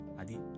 adi